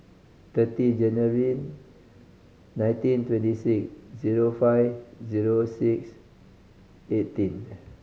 thirty January nineteen twenty six zero five zero six eighteen